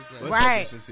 Right